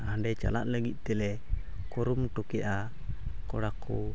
ᱦᱟᱸᱰᱮ ᱪᱟᱞᱟᱜ ᱞᱟᱹᱜᱤᱫ ᱛᱮᱞᱮ ᱠᱩᱨᱩᱢᱩᱴᱩ ᱠᱮᱜᱼᱟ ᱠᱚᱲᱟ ᱠᱚ